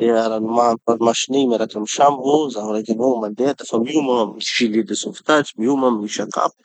Mandeha ranomamy ranomasin'igny miaraky amy sambo, zaho raiky avao gny mandeha. Dafa mioma aho amy gilets de sauvetage, mioma aho amy gny sakafo,